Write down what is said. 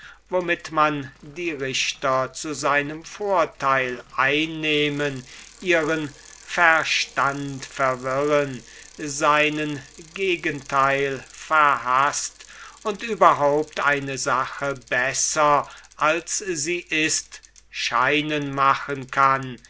womit man die richter zu seinem vorteil einnehmen ihren verstand verwirren seinen gegenteil verhaßt und überhaupt eine sache besser als sie ist scheinen machen kann